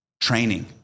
training